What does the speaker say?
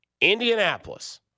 Indianapolis